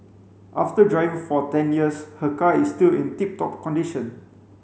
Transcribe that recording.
after driving for ten years her car is still in tip top condition